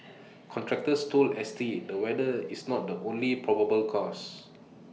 contractors told S T the weather is not the only probable cause